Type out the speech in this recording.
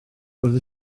roedd